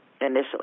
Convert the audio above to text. initially